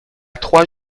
trois